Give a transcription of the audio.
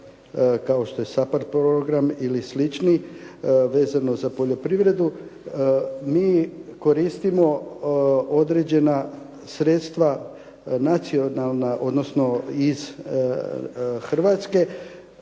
kao što je SAPARD program ili slični vezano za poljoprivredu, mi koristimo određena sredstva, nacionalna, odnosno iz Hrvatske,